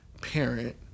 parent